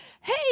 hey